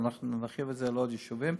ונרחיב את זה לעוד יישובים.